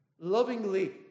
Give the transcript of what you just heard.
lovingly